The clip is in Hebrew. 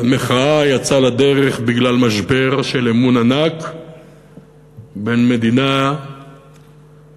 המחאה יצאה לדרך בגלל משבר אמון ענק בין מדינה לאזרחיה.